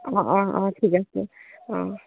অ অ অ ঠিক আছে অ